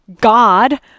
God